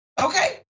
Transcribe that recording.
Okay